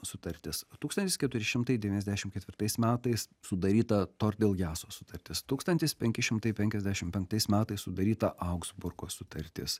sutartis tūkstantis keturi šimtai devyniasdešim ketvirtais metais sudaryta tordiljaso sutartis tūkstantis penki šimtai penkiasdešim penktais metais sudaryta augsburgo sutartis